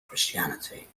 christianity